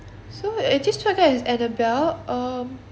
so uh this tour guide is annabelle um